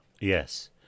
Yes